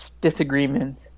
disagreements